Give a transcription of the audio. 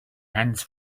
hands